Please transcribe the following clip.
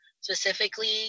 specifically